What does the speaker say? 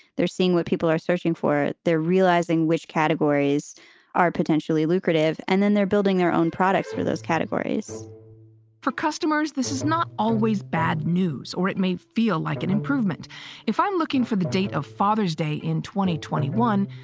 they're seeing what people are searching for. they're realizing which categories are potentially lucrative and then they're building their own products for those categories for customers this is not always bad news or it may feel like an improvement if i'm looking for the date of father's day in twenty, twenty one.